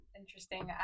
interesting